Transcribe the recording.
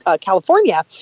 California